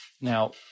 Now